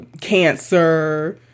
cancer